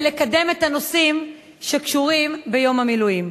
לקדם את הנושאים שקשורים ביום המילואים.